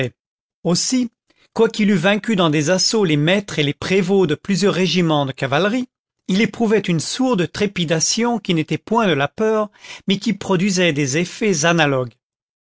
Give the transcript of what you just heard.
aussi quoiqu'il eût vaincu dans des assauts les maîtres et les prévôts de plusieurs régiments de cavalerie il éprouvait une sourde trépidation qui n'était point de la peur mais qui produisait des effets analogues